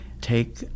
take